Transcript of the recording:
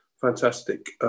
fantastic